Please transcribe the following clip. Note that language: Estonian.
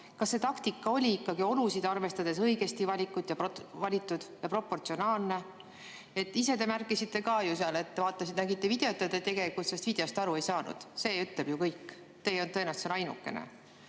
Kas see taktika oli ikkagi olusid arvestades õigesti valitud ja proportsionaalne? Ise te märkisite ka ju, et nägite videot ja te tegelikult sellest videost aru ei saanud. See ütleb ju kõik. Te ei olnud tõenäoliselt ainukene.